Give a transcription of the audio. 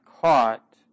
caught